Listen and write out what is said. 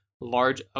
large